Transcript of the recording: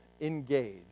engage